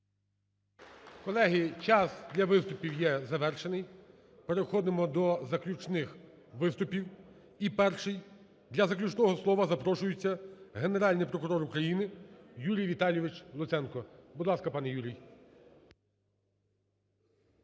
Колеги, час для виступів є завершений. Переходимо до заключних виступів. І перший для заключного слова запрошується Генеральний прокурор України Юрій Віталійович Луценко. Будь ласка, пане Юрій.